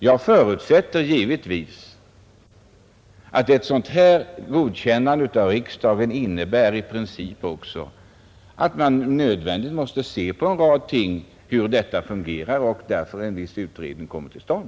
Jag förutsätter givetvis att ett godkännande innebär att man med nödvändighet måste pröva hur vissa ting fungerar och att en utredning sålunda kommer till stånd.